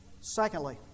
Secondly